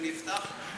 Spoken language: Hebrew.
שאני אפתח?